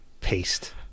paste